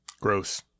Gross